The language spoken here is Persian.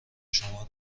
شما